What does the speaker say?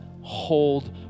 hold